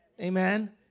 Amen